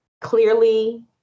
clearly